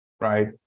right